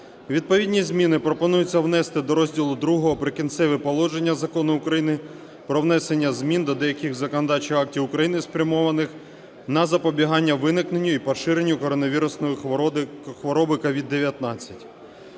Відповідні зміни пропонується внести до розділу ІІ "Прикінцеві положення" Закону України "Про внесення змін до деяких законодавчих актів України, спрямованих на запобігання виникненню і поширенню коронавірусної хвороби (COVID-19)".